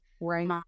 right